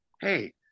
Hey